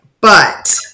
But-